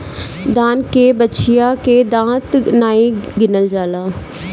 दान के बछिया के दांत नाइ गिनल जाला